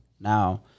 now